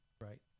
right